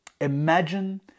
Imagine